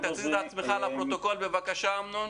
רק תציג את עצמך לפרוטוקול, אמנון.